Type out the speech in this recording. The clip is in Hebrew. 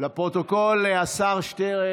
זכאות פדיון סכום החיסכון הצבור הכולל לחייל בודד),